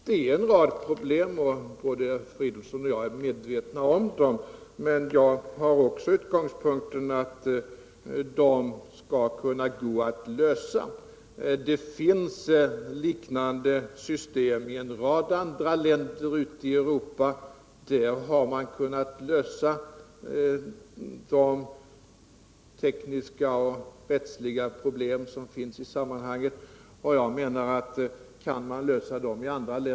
Det finns en rad problem — både herr Fridolfsson och jag är medvetna om dem — men jag har också utgångspunkten att de skall kunna lösas. Det finns liknande system i en rad andra länder ute i Europa. Där har man kunnat lösa de tekniska och rättsliga problem som finns i sammanhanget, och kan man lösa dem i andra länder bör vi också kunna klara av dem i Sverige. Herr talman!